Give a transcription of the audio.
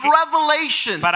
revelation